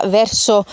verso